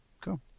Cool